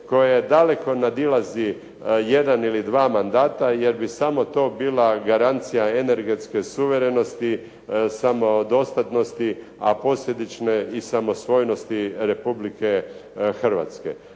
koje daleko nadilazi jedan ili dva mandata jer bi samo to bila garancija energetske suverenosti, samodostatnosti, a posljedične i samostojnosti Republike Hrvatske.